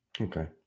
Okay